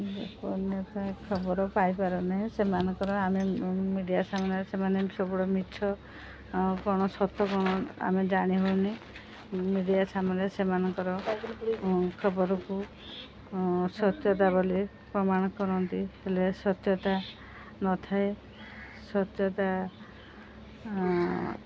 ଖବର ପାଇପାରୁନାହିଁ ସେମାନଙ୍କର ଆମେ ମିଡ଼ିଆ ସାମନାରେ ସେମାନେ ସବୁବେଳେ ମିଛ କଣ ସତ କଣ ଆମେ ଜାଣି ହଉନି ମିଡ଼ିଆ ସାମନାରେ ସେମାନଙ୍କର ଖବରକୁ ସତ୍ୟତା ବୋଲି ପ୍ରମାଣ କରନ୍ତି ହେଲେ ସତ୍ୟତା ନଥାଏ ସତ୍ୟତା